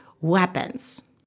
weapons